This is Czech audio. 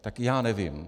Tak já nevím.